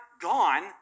gone